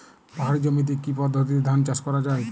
পাহাড়ী জমিতে কি পদ্ধতিতে ধান চাষ করা যায়?